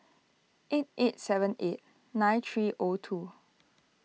eight eight seven eight nine three O two